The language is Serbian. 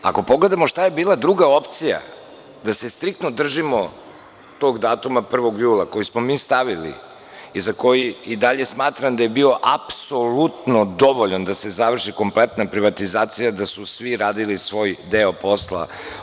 Ako pogledamo šta je bila druga opcija da se striktno držimo tog datuma, 1. jula koji smo mi stavili i za koji i dalje smatram da je bio apsolutno dovoljan da se završi kompletna privatizacija, da su svi radili svoj deo posla odgovorno.